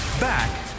Back